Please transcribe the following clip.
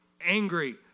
angry